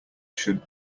should